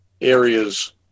areas